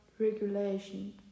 regulation